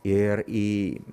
ir į